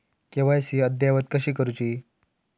KYC अद्ययावत कशी करुची?